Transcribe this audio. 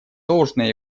должное